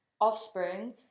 offspring